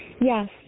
yes